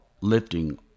lifting